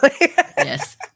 yes